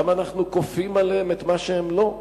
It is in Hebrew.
למה אנחנו כופים עליהם את מה שהם אינם?